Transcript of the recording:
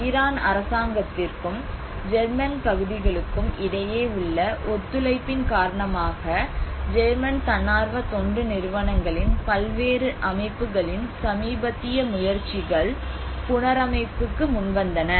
Iran அரசாங்கத்திற்கும் German பகுதிகளுக்கும் இடையே உள்ள ஒத்துழைப்பின் காரணமாக ஜேர்மன் தன்னார்வ தொண்டு நிறுவனங்களின் பல்வேறு அமைப்புகளின் சமீபத்திய முயற்சிகள் புனரமைப்புக்கு முன்வந்தன